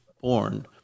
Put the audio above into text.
born